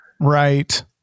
Right